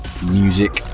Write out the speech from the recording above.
music